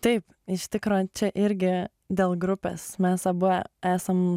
taip iš tikro čia irgi dėl grupės mes abu esam